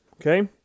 Okay